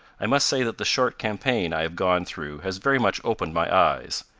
i must say that the short campaign i have gone through has very much opened my eyes.